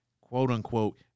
quote-unquote